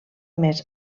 més